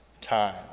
time